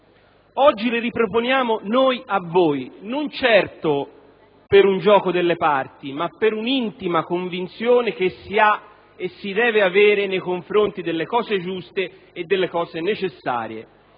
Oggi le riproponiamo noi a voi, non certo per un gioco delle parti, ma per un'intima convinzione che si ha e si deve avere nei confronti delle cose giuste e necessarie: